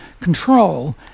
control